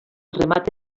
remat